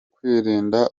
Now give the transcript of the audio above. kwirinda